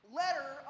letter